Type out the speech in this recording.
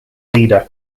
leader